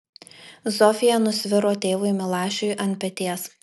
zofija nusviro tėvui milašiui ant peties